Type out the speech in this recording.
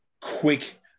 quick